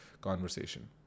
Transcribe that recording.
conversation